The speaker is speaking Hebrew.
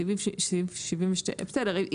סעיף 77 בסדר,